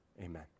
Amen